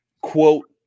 quote